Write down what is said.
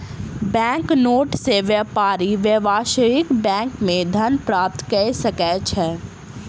bank note सॅ व्यापारी व्यावसायिक बैंक मे धन प्राप्त कय सकै छै